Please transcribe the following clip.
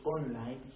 online